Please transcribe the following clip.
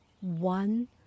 one